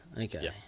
okay